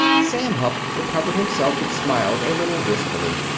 sam hupp recovered himself and smiled a little wistfully.